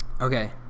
okay